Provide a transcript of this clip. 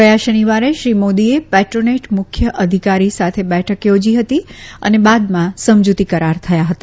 ગયા શનિવારે શ્રી મોદીચ્યે પેટ્રોનેટના મુખ્ય અધિકારી સાથે બેઠક યોજી હતી અને બાદમાં સમજુતી કરાર થયા હતા